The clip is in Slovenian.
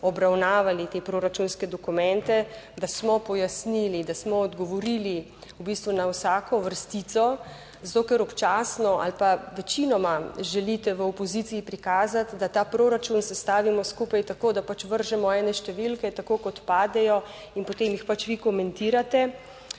obravnavali te proračunske dokumente, da smo pojasnili, da smo odgovorili v bistvu na vsako vrstico. Zato ker občasno ali pa večinoma želite v opoziciji prikazati, da ta proračun sestavimo skupaj tako, da pač vržemo ene številke tako kot padejo in potem jih pač vi komentirate.